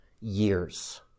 years